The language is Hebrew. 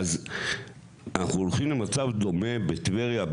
אז אנחנו הולכים למצב דומה בטבריה,